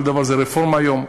כל דבר הוא רפורמה היום,